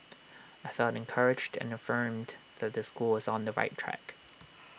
I felt encouraged and affirmed that the school was on the right track